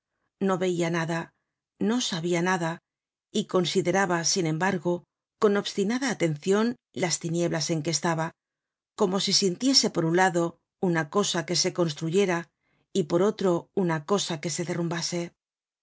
no veia nada no sabia nada y consideraba sin embargo con obstinada atencion las tinieblas en que estaba como si sintiese por un lado una cosa tjue se construyera y por otro una cosa que se derrumbase